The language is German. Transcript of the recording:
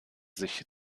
sich